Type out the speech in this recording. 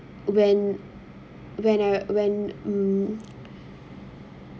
when when I when mm